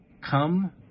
Come